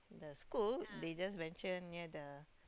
the school they just venture near the